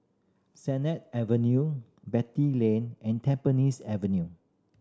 Sennett Avenue Beatty Lane and Tampines Avenue